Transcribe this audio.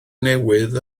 newydd